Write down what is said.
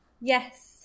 Yes